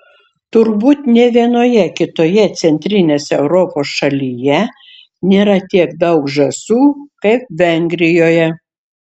turbūt nė vienoje kitoje centrinės europos šalyje nėra tiek daug žąsų kaip vengrijoje